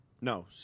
no